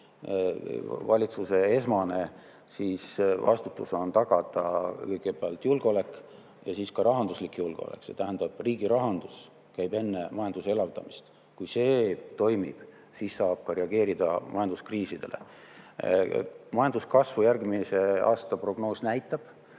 Valitsuse esmane vastutus on tagada kõigepealt julgeolek ja siis ka rahanduslik julgeolek. See tähendab, et riigi rahandus käib enne majanduse elavdamist. Kui see toimib, siis saab reageerida majanduskriisidele. Majanduskasvu järgmise aasta prognoos kõrget